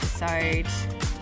episode